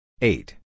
Eight